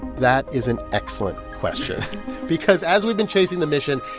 that is an excellent question because, as we've been chasing the mission,